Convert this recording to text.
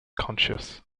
conscious